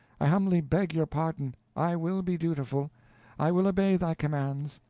i humbly beg your pardon i will be dutiful i will obey thy commands.